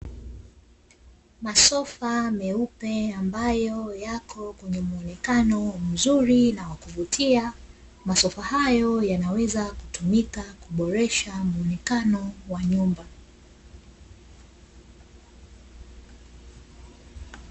Masofa meupe ambayo yako kwenye muonekano mzuri, na wa kuvutia. Masofa hayo yanaweza kutumika kuboresha muonekano wa nyumba.